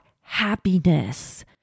happiness